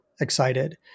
excited